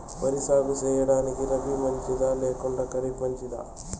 వరి సాగు సేయడానికి రబి మంచిదా లేకుంటే ఖరీఫ్ మంచిదా